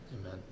Amen